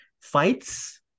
fights